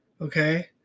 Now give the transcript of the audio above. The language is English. Okay